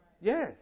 Yes